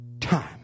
time